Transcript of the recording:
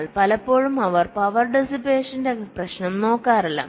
എന്നാൽ പലപ്പോഴും അവർ പവർ ഡെസിപ്പേഷന്റെ പ്രശ്നം നോക്കാറില്ല